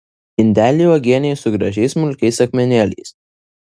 indelį uogienei su gražiais smulkiais akmenėliais